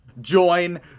join